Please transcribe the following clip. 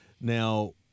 Now